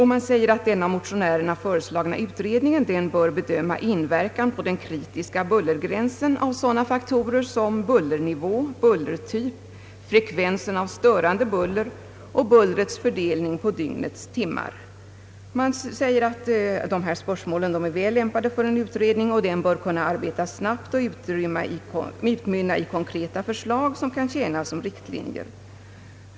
Man menar att den av motionärerna föreslagna utredningen bör bedöma inverkan på den kritiska bullergränsen av sådana faktorer som bullernivå, bullertyp, frekvensen av störande buller och bullrets fördelning på dygnets timmar. Man anser att dessa spörsmål är väl lämpade för en utredning, och den bör kunna arbeta snabbt och utmynna i konkreta förslag som kan tjäna som riktlinjer.